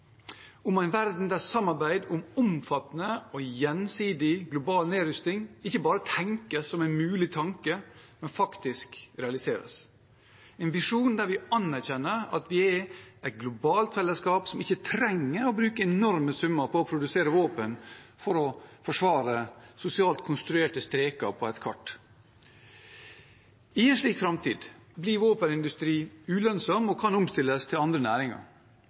om en verden der samarbeid om omfattende og gjensidig global nedrustning ikke bare tenkes som en mulig tanke, men faktisk realiseres, en visjon der vi anerkjenner at vi er et globalt fellesskap som ikke trenger å bruke enorme summer på å produsere våpen for å forsvare sosialt konstruerte streker på et kart. I en slik framtid blir våpenindustri ulønnsomt og kan omstilles til andre næringer.